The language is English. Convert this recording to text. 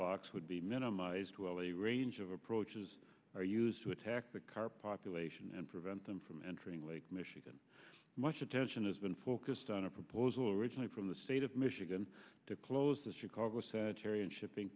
locks would be minimized to all a range of approaches are used to attack the car population and prevent them from entering lake michigan much attention has been focused on a proposal originally from the state of michigan to close the chicago sagittarian shipping